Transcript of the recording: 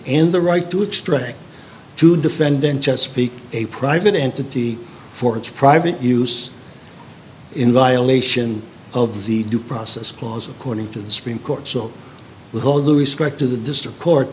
and the right to extract to defend then chesapeake a private entity for its private use in violation of the due process clause according to the supreme court so with all due respect to the district court